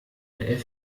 der